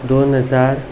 दोन हजार